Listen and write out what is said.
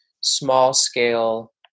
small-scale